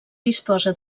disposa